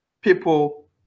people